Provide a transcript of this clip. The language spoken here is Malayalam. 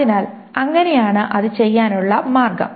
അതിനാൽ അങ്ങനെയാണ് അത് ചെയ്യാനുള്ള മാർഗ്ഗം